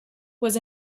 was